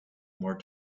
more